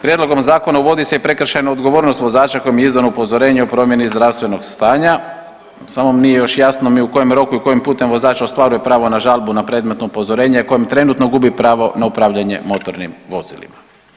Prijedlogom zakona uvodi se i prekršajna odgovornost vozača koje je izdano upozorenje o promjeni zdravstvenog stanja, samo mi nije još jasno ni u kojem roku i kojim putem vozač ostvaruje pravo na žalbu na predmetno upozorenje kojim trenutno gubi pravo na upravljanje motornim vozilima.